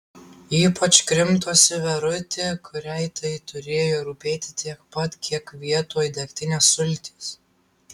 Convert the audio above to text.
ypač krimtosi verutė kuriai tai turėjo rūpėti tiek pat kiek vietoj degtinės sultys